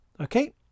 Okay